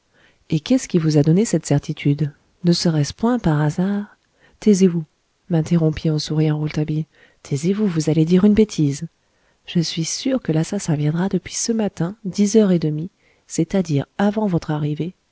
et qu'est-ce qui vous a donné cette certitude ne serait-ce point par hasard taisez-vous m'interrompit en souriant rouletabille taisez-vous vous allez dire une bêtise je suis sûr que l'assassin viendra depuis ce matin dix heures et demie c'est-à-dire avant votre arrivée